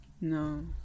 No